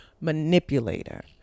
manipulator